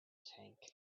tank